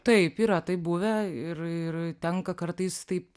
taip yra taip buvę ir ir tenka kartais taip